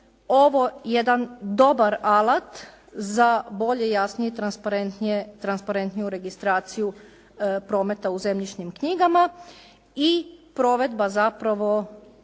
ovo jedan dobar alat za bolje, jasnije, transparentnije, transparentniju registraciju prometa u zemljišnim knjigama i provedba zapravo